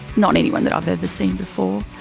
not anyone that i've ever seen before.